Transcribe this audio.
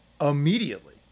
immediately